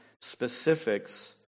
specifics